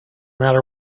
matter